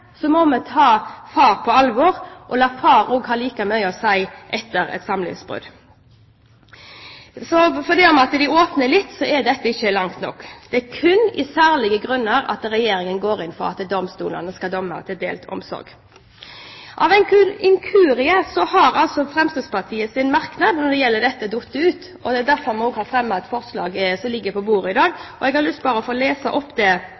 må vi ta far på alvor og la ham ha like mye å si etter et samlivsbrudd. Selv om Regjeringen åpner litt opp, går den ikke langt nok. Det er kun ved særlige grunner at Regjeringen går inn for at domstolen skal kunne idømme delt omsorg. Ved en inkurie har Fremskrittspartiets merknad når det gjelder dette, falt ut. Det er derfor vi har fremmet det forslaget som ligger på bordet i dag. Jeg har lyst til å lese opp